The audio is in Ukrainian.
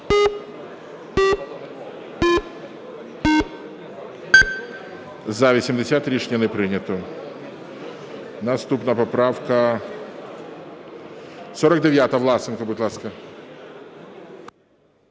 За-80 Рішення не прийнято. Наступна поправка 49-а, Власенко. Будь ласка.